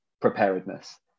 preparedness